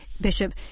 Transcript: bishop